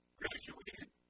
graduated